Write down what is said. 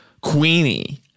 Queenie